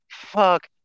fuck